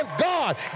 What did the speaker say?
God